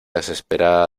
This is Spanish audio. desesperada